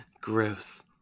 Gross